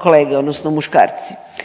kolege odnosno muškarci.